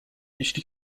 jeśli